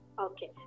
okay